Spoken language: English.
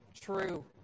true